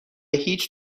هیچ